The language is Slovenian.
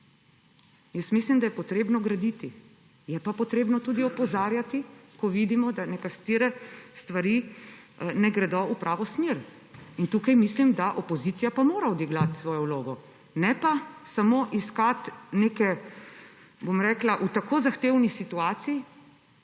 Jaz mislim, da je potrebno graditi, je pa potrebno tudi opozarjati, ko vidimo, da nekatere stvari ne gredo v pravo smer. Tukaj mislim, da opozicija pa mora odigrati svojo vlogo, ne pa samo iskati v tako zahtevni situaciji